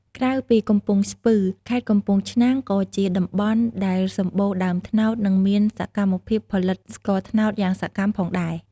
ក្រៅពីកំពង់ស្ពឺ ខេត្តកំពង់ឆ្នាំងក៏ជាតំបន់ដែលសម្បូរដើមត្នោត និងមានសកម្មភាពផលិតស្ករត្នោតយ៉ាងសកម្មផងដែរ។